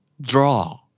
Draw